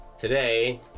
Today